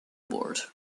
board